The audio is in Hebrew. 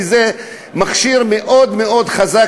כי זה מכשיר מאוד מאוד חזק,